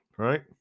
Right